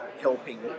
helping